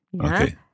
Okay